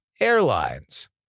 Airlines